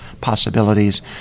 possibilities